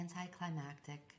anticlimactic